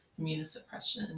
immunosuppression